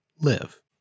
live